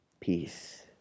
Peace